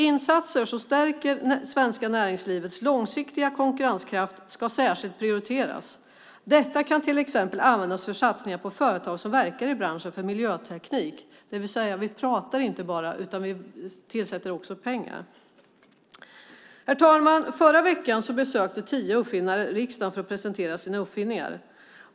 Insatser som stärker det svenska näringslivets långsiktiga konkurrenskraft ska särskilt prioriteras. Detta kan till exempel användas för satsningar på företag som verkar i branschen för miljöteknik, det vill säga vi pratar inte bara, utan vi tillför också pengar. Herr talman! Förra veckan besökte tio uppfinnare riksdagen för att presentera sina uppfinningar.